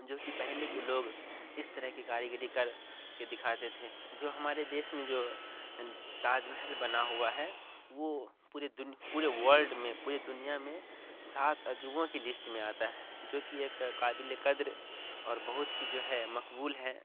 جو کہ پہلے کے لوگ اس طرح کی کاریگری کر کے دکھاتے تھے جو ہمارے دیش میں جو تاج محل بنا ہوا ہے وہ پورے پورے ورلڈ میں پوری دنیا میں سات عجوبوں کی لسٹ میں آتا ہے جو کہ ایک قابل قدر اور بہت ہی جو ہے مقبول ہے